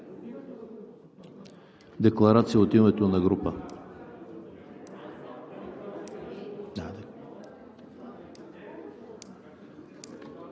декларация от името на група.